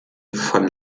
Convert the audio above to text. von